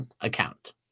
account